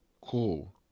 cool